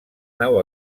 nau